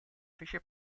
fece